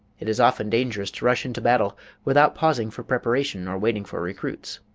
it is often dangerous to rush into battle without pausing for preparation or waiting for recruits.